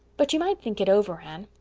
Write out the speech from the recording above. but you might think it over, anne.